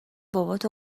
بابات